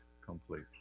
complete